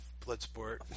Bloodsport